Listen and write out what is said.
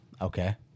Okay